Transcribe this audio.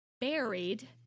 buried